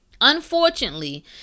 unfortunately